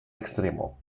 extremo